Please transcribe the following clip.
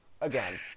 again